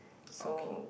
so